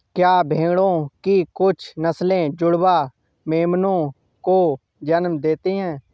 क्या भेड़ों की कुछ नस्लें जुड़वा मेमनों को जन्म देती हैं?